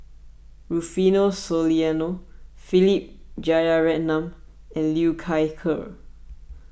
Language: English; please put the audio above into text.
Rufino Soliano Philip Jeyaretnam and Liu Thai Ker